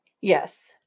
Yes